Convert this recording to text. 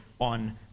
on